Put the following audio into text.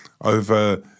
over